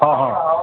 हां हां